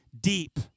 deep